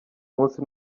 munsi